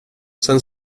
sen